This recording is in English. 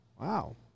Wow